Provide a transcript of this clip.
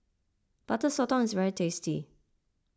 Butter Sotong is very tasty